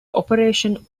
operation